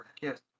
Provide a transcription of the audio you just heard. Yes